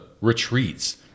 retreats